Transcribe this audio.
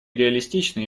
реалистичные